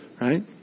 right